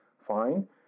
fine